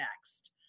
next